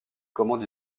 commande